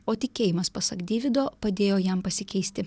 o tikėjimas pasak deivido padėjo jam pasikeisti